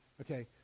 Okay